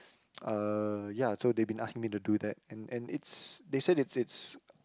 uh ya so they been asking me to do that and and it's they said it's it's